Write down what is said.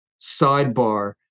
sidebar